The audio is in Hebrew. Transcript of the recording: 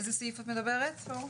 על איזה סעיף את מדברת, אור?